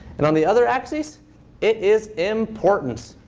and on the other axis, it is important.